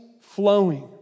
flowing